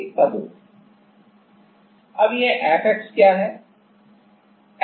अब यह Fx क्या है